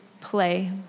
play